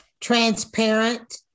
transparent